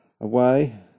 away